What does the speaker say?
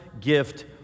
gift